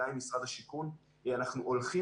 גם עם משרד השיכון אנחנו הולכים